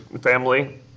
family